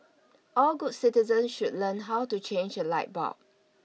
all good citizens should learn how to change a light bulb